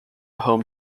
home